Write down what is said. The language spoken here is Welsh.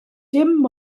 dim